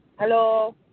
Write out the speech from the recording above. Hello